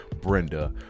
Brenda